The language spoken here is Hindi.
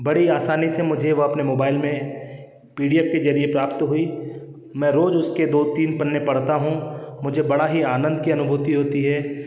बड़ी आसानी से मुझे वह अपने मोबाइल में पी डी एफ के जरिए प्राप्त हुई मैं रोज़ उसके दो तीन पन्ने पढ़ता हूँ मुझे बड़ा ही आनंद की अनुभूति होती है